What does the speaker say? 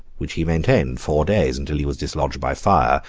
which he maintained four days, until he was dislodged by fire,